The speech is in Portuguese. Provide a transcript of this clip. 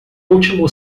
último